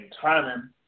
timing